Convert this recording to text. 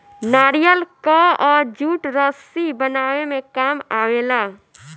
नारियल कअ जूट रस्सी बनावे में काम आवेला